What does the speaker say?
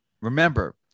remember-